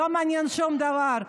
לא מעניין שום דבר,